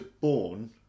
born